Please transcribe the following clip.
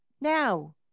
now